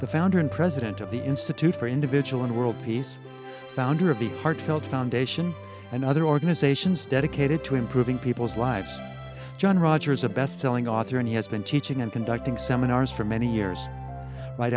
the founder and president of the institute for individual and world peace founder of the heartfelt foundation and other organizations dedicated to improving people's lives john rogers a bestselling author and he has been teaching and conducting seminars for many years right